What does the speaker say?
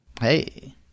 Hey